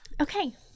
Okay